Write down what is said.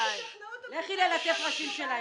לכי ללטף ראשים שלהם.